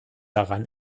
daran